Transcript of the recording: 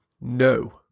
No